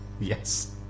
Yes